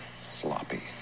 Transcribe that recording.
sloppy